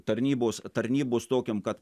tarnybos tarnybos tokiam kad